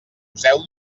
poseu